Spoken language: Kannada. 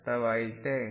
ಅರ್ಥವಾಯಿತೆ